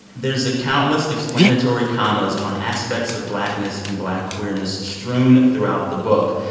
there's the countless explanatory commas on aspects of blackness and black queerness strewn throughout the book,